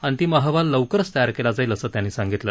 अंतिम अहवाल लवकरच तयार केला जाईल असं त्यांनी सांगितलं